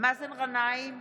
מאזן גנאים,